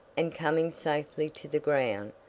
and coming safely to the ground,